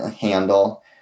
handle